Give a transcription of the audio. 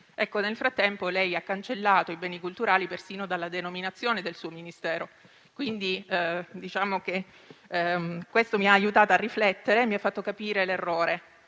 Nel frattempo, ha cancellato i beni culturali persino dalla denominazione del suo Ministero, quindi questo mi ha aiutato a riflettere e mi ha fatto capire l'errore,